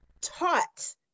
taught